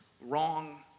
wrong